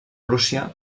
prússia